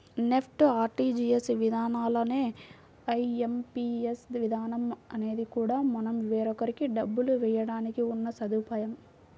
NEFT, RTGS విధానాల్లానే IMPS విధానం అనేది కూడా మనం వేరొకరికి డబ్బులు వేయడానికి ఉన్న సదుపాయం